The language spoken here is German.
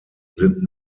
sind